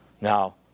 Now